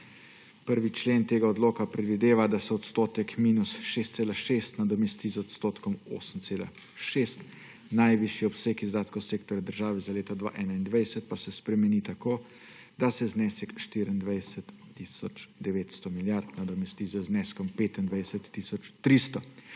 1. člen tega odloka predvideva, da se odstotek –6,6 nadomesti z odstotkom –8,6, najvišji obseg izdatkov sektorja država za leto 2021 pa se spremeni tako, da se znesek 24 tisoč 900 milijard nadomesti z zneskom 25 tisoč